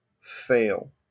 fail